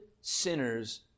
sinners